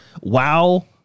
Wow